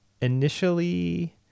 initially